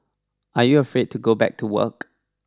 are you afraid to go back to work